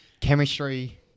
chemistry